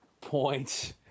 points